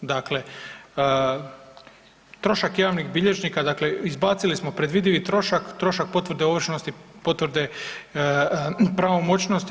Dakle, trošak javnih bilježnika, dakle izbacili smo predvidivi trošak, trošak potvrde ovršnosti potvrde pravomoćnosti.